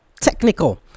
technical